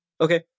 Okay